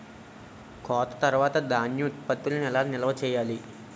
కోత తర్వాత ధాన్యం ఉత్పత్తులను ఎలా నిల్వ చేయాలి?